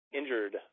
injured